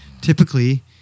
typically